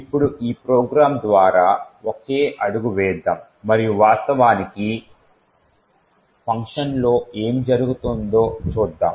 ఇప్పుడు ఈ ప్రోగ్రామ్ ద్వారా ఒకే అడుగు వేద్దాం మరియు వాస్తవానికి ఫంక్షన్ లో ఏమి జరుగుతుందో చూద్దాం